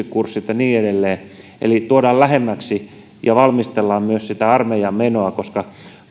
kurssit ja niin edelleen eli tuodaan lähemmäksi ja valmistellaan myös sitä armeijaan menoa koska